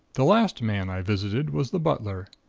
the last man i visited was the butler.